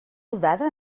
rodada